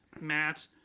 Matt